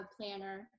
planner